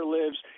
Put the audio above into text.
lives